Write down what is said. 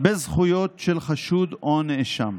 בזכויות של חשוד או נאשם.